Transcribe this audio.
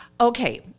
okay